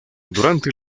durante